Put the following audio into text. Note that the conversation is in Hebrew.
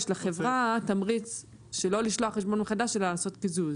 יש לחברה תמריץ שלא לשלוח חשבון מחדש אלא לעשות קיזוז.